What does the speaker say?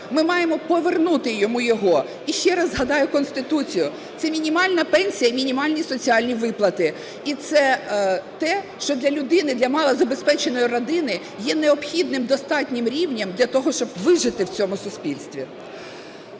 Ми маємо повернути йому його. І ще раз згадаю Конституцію: це мінімальна пенсія і мінімальні соціальні виплати, і це те, що для людини, для малозабезпеченої родини є необхідним достатнім рівнем для того, щоб вижити в цьому суспільстві.